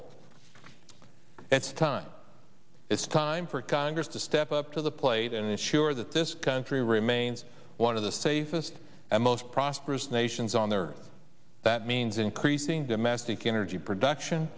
for it's time it's time for congress to step up to the plate and ensure that this country remains one of the safest and most prosperous nations on there that means increasing domestic energy production